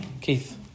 Keith